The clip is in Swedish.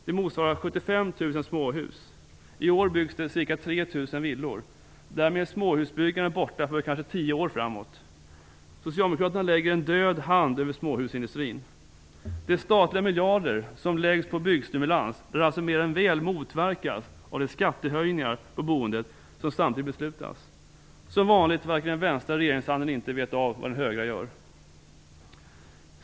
Det motsvarar 75 000 småhus. I år byggs det ca 3 000 villor. Därmed är småhusbyggandet borta för kanske tio år framåt. Socialdemokraterna lägger en död hand över småhusindustrin. De statliga miljarder som läggs på byggstimulans lär alltså mer än väl motverkas av de skattehöjningar på boendet som samtidigt beslutas. Som vanligt verkar den vänstra regeringshanden inte veta vad den högra gör.